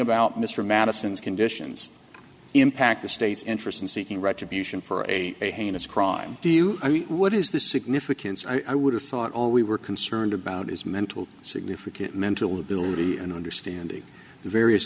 about mr madison's conditions impact the state's interest in seeking retribution for a heinous crime do you what is the significance i would have thought all we were concerned about his mental significant mental ability and understanding the various